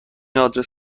آدرس